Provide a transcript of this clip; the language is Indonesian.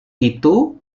itu